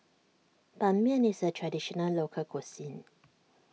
Ban Mian is a Traditional Local Cuisine